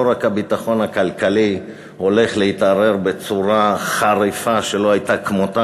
לא רק הביטחון הכלכלי הולך להתערער בצורה חריפה שלא הייתה כמותה,